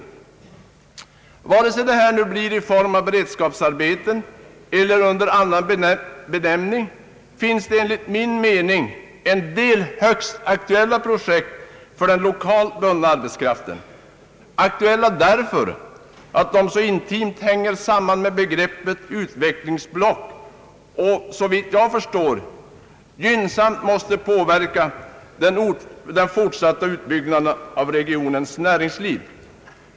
Vare sig det blir i form av beredskapsarbeten eller under annan benämning finns det enligt min mening en del högst aktuella projekt för den lokalt bundna arbetskraften; aktuella därför att de intimt hänger samman med begreppet utvecklingsblock och såvitt jag förstår gynnsamt påverkar den fortsatta utbyggnaden av regionens näringsliv.